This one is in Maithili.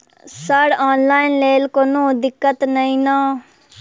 सर ऑनलाइन लैल कोनो दिक्कत न ई नै?